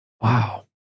Wow